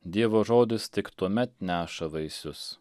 dievo žodis tik tuomet neša vaisius